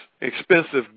expensive